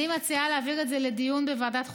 אני מציעה להעביר את זה לדיון בוועדת החוקה.